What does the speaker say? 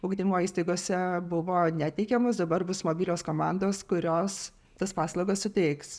ugdymo įstaigose buvo neteikiamos dabar bus mobilios komandos kurios tas paslaugas suteiks